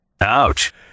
Ouch